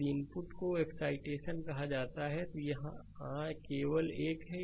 यदि input R को excitation कहा जाता है तो यहां यह केवल एक है